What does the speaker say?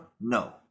no